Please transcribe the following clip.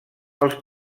als